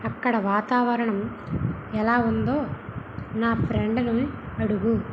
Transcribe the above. అక్కడ వాతావరణం ఎలా ఉందో నా ఫ్రెండుని అడుగు